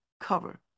cover